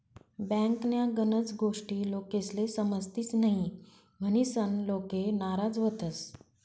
बँकन्या गनच गोष्टी लोकेस्ले समजतीस न्हयी, म्हनीसन लोके नाराज व्हतंस